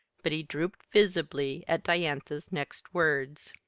but he drooped visibly at diantha's next words.